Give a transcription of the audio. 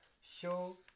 show